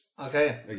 Okay